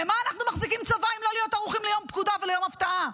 למה אנחנו מחזיקים צבא אם לא להיות ערוכים ליום פקודה וליום הפתעה?